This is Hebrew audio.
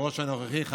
היושב-ראש הנוכחי,